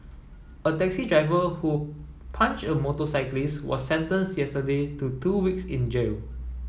a taxi driver who punched a motorcyclist was sentenced yesterday to two weeks in jail